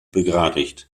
begradigt